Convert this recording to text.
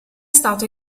stato